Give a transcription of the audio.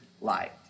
light